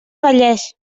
vallés